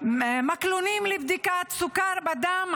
מקלונים לבדיקת סוכר בדם,